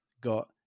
got